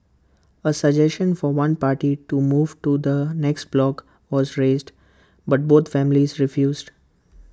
A suggestion for one party to move to the next block was raised but both families refused